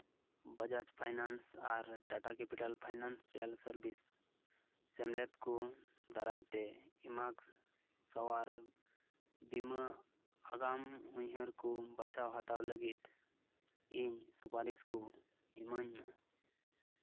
Bajaj finance ᱟᱨ Tata capital financial service ᱥᱮᱢᱞᱮᱫ ᱠᱚ ᱫᱟᱨᱟᱭᱛᱮ ᱮᱢᱟᱜᱽ ᱥᱟᱶᱟᱨ ᱵᱤᱢᱟᱹ ᱟᱜᱟᱢ ᱩᱭᱦᱟᱹᱨ ᱠᱚ ᱵᱟᱪᱷᱟᱣ ᱦᱟᱛᱟᱣ ᱞᱟᱹᱜᱤᱫ ᱤᱧ ᱥᱩᱯᱟᱨᱤᱥ ᱠᱚ ᱤᱢᱟᱹᱧ ᱢᱮ